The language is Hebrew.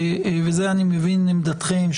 ואני מבין שזאת עמדתכם,